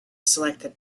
selected